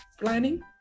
planning